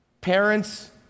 parents